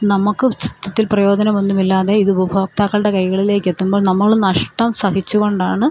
നമുക്ക് സത്യത്തിൽ പ്രയോജനമൊന്നും ഇല്ലാതെ ഇത് ഉപഭോക്താക്കളുടെ കൈകളിലേക്ക് എത്തുമ്പോൾ നമ്മൾ നഷ്ടം സഹിച്ച് കൊണ്ടാണ്